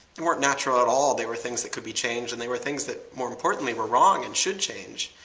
and weren't natural at all. they were things that could be changed. and they were things that more importantly were wrong and should change.